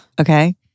Okay